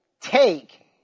take